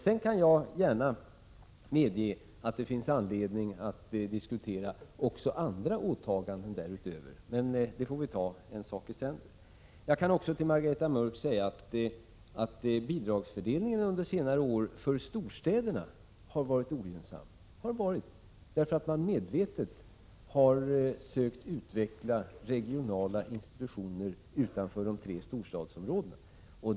Sedan kan jag gärna medge att det därutöver finns anledning att diskutera också andra åtaganden, men vi får ta en sak i sänder. Jag kan till Margareta Mörck också säga att bidragsfördelningen under senare år har varit ogynnsam för storstäderna, på grund av att man medvetet försökt utveckla regionala institutioner utanför de tre storstadsområdena.